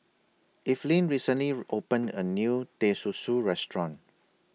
Eveline recently opened A New Teh Susu Restaurant